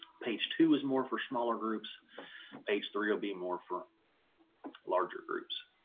page two is more for smaller groups page three will be more for larger groups.